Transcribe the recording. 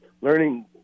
learning